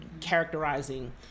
characterizing